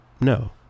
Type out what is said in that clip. No